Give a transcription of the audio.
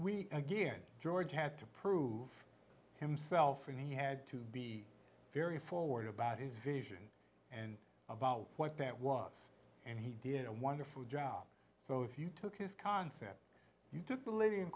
we again george had to prove himself and he had to be very forward about his vision and about what that was and he did a wonderful job so if you took his concept you took the lead in